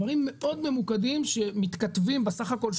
דברים מאוד ממוקדים שמתכתבים בסך הכול,